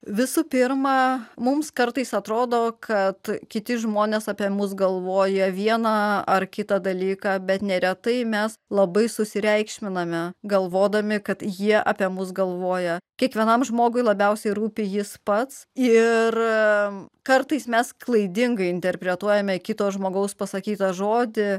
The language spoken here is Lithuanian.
visų pirma mums kartais atrodo kad kiti žmonės apie mus galvoja vieną ar kitą dalyką bet neretai mes labai susireikšminame galvodami kad jie apie mus galvoja kiekvienam žmogui labiausiai rūpi jis pats ir kartais mes klaidingai interpretuojame kito žmogaus pasakytą žodį